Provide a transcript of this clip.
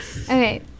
Okay